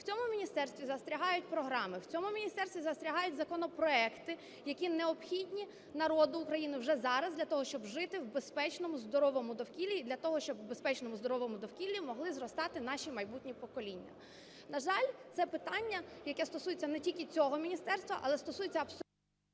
В цьому міністерстві застрягають програми, в цьому міністерстві застрягають законопроекти, які необхідні народу України вже зараз для того, щоб жити в безпечному, здоровому довкіллі, і для того, щоб в безпечному, здоровому довкіллі могли зростати наші майбутні покоління. На жаль, це питання, яке стосуються не тільки цього міністерства, але стосується абсолютно…